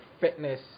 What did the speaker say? fitness